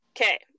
okay